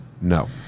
no